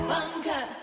Bunker